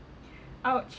!ouch!